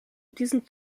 diesen